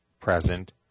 present